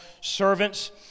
servants